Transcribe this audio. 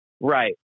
Right